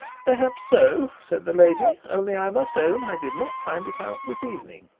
perhaps so said the lady only i must own i did not find it out this evening